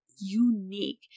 unique